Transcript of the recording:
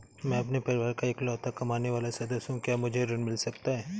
मैं अपने परिवार का इकलौता कमाने वाला सदस्य हूँ क्या मुझे ऋण मिल सकता है?